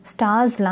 Stars